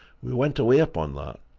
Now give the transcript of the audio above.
we went away upon that,